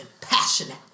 passionate